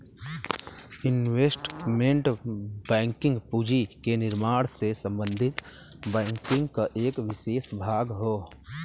investment banking पूंजी के निर्माण से संबंधित बैंकिंग क एक विसेष भाग हौ